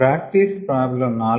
practice problem 4